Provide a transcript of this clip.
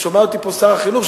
ושומע אותי פה שר החינוך,